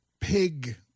pig